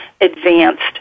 advanced